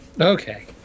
Okay